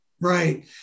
Right